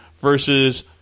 versus